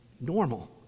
normal